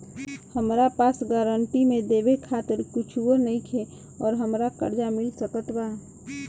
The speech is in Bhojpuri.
हमरा पास गारंटी मे देवे खातिर कुछूओ नईखे और हमरा कर्जा मिल सकत बा?